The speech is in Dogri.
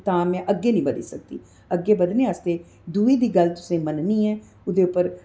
तां में अग्गें निं बधी सकदी अग्गें बधने आस्तै दूएं दी गल्ल तुसें मन्ननी ऐ ओह्दे उप्पर